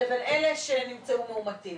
לבין אלה שנמצאו מאומתים.